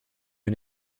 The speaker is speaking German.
wir